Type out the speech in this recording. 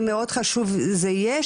מאוד חשוב שזה יהיה,